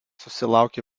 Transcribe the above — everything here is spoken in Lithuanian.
susilaukė